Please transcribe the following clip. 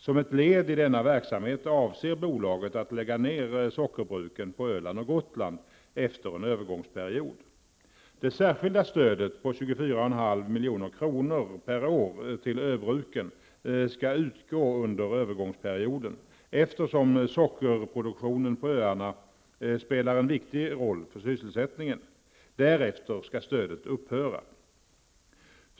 Som ett led i denna verksamhet avser bolaget att lägga ned sockerbruken på Öland och Gotland efter en övergångsperiod. Det särskilda stödet på 24,5 milj.kr. per år till ö-bruken skall utgå under övergångsperioden, eftersom sockerproduktionen på öarna spelar en viktig roll för sysselsättningen. Därefter skall stödet dock upphöra.